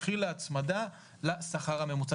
תתחיל ההצמדה לשכר הממוצע.